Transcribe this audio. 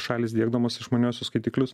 šalys diegdamos išmaniuosius skaitiklius